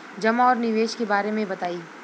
जमा और निवेश के बारे मे बतायी?